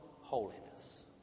holiness